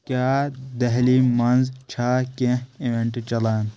کیٛاہ دہلی منٛز چھا کینٛہہ ایوینٹ چلان